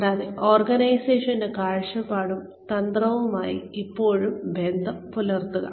കൂടാതെ ഓർഗനൈസേഷന്റെ കാഴ്ചപ്പാടും തന്ത്രവുമായി ഇപ്പോഴും ബന്ധം പുലർത്തുക